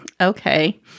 okay